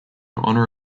honor